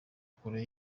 kure